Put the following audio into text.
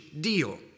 deal